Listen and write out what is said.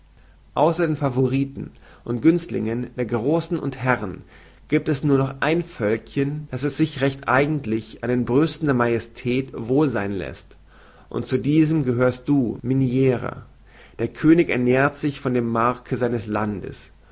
den favoriten und günstlingen der großen und herren giebt es nur noch ein völkchen das es sich recht eigentlich an den brüsten der majestät wohl sein läßt und zu diesem gehörst du minirer der könig ernährt sich von dem marke seines landes